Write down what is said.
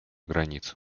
границ